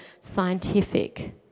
scientific